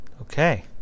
Okay